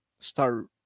start